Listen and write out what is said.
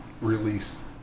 release